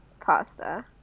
Pasta